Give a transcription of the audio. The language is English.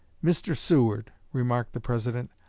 mr. seward, remarked the president,